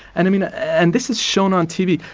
and i mean, and this is shown on tv.